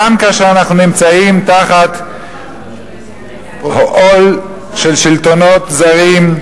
גם כאשר אנחנו נמצאים תחת עול של שלטונות זרים,